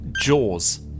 Jaws